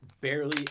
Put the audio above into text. barely